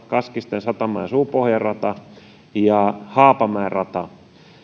kaskisten satama ja suupohjan rata sekä haapamäen rata